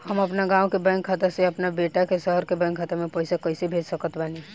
हम अपना गाँव के बैंक खाता से अपना बेटा के शहर के बैंक खाता मे पैसा कैसे भेज सकत बानी?